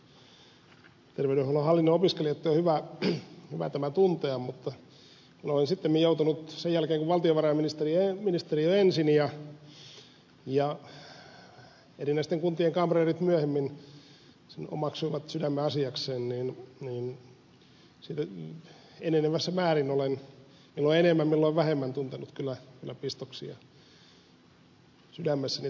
terveydenhuollon hallinnon opiskelijoitten on hyvä tämä tuntea mutta sittemmin sen jälkeen kun valtiovarainministeriö ensin ja erinäisten kuntien kamreerit myöhemmin sen omaksuivat sydämenasiakseen olen enenevässä määrin tuntenut milloin enemmän milloin vähemmän kyllä aina pistoksia sydämessäni että kaikenlaista hapatusta